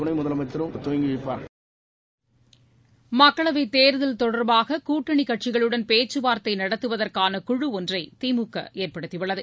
துணை முதல்வரும் தொடங்கி வைப்பார்கள் மக்களவை தேர்தல் தொடர்பாக கூட்டணிக் கட்சிகளுடன் பேச்சுவாரத்தை நடத்துவதற்கான குழு ஒன்றை திமுக ஏற்படுத்தியுள்ளது